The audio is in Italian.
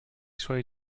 suoi